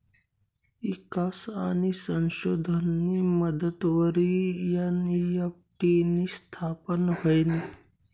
ईकास आणि संशोधननी मदतवरी एन.ई.एफ.टी नी स्थापना व्हयनी